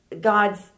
God's